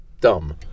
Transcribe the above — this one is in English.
dumb